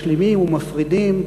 משלימים ומפרידים.